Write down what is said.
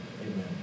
Amen